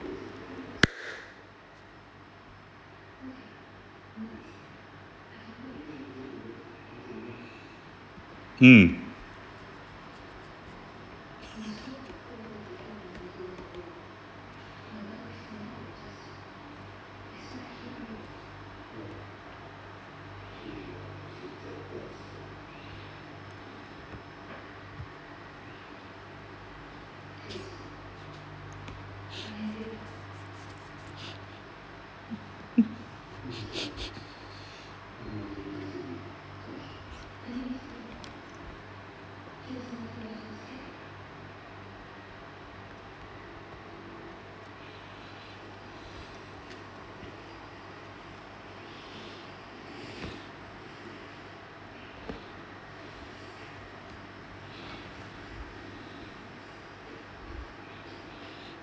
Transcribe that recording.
mm